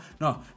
no